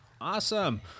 Awesome